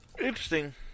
Interesting